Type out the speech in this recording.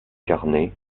carnet